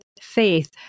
faith